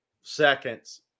seconds